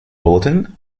bulletin